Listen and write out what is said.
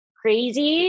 crazy